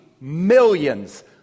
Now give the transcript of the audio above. millions